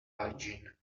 hygiene